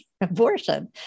abortion